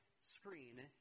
screen